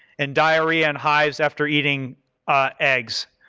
and diarrhea and hives after eating eggs.